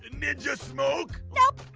ninja smoke? nope.